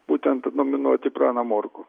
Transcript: būtent nominuoti praną morkų